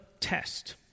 test